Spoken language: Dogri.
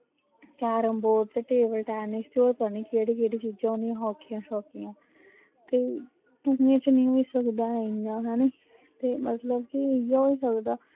कैरमबोर्ड ते टेबल टैनिस ते होर पता नी केह्ड़ी केह्ड़ी चीज़ां होंदियां हाकियां शाकियां ते दुऐं च नेईं होई सकदा ऐ इ'यां हैनी ते मतलब कि इ'यै होई सकदा